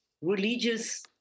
religious